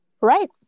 Right